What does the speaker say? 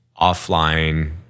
offline